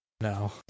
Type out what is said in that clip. No